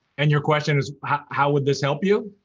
and your question is how would this help you?